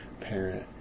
parent